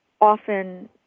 Often